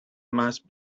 must